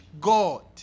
God